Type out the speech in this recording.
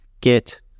get